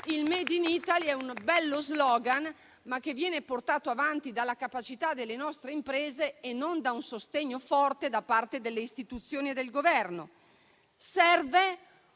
il *made in Italy* è un bello *slogan* che viene però portato avanti dalla capacità delle nostre imprese e non da un sostegno forte da parte delle istituzioni e del Governo.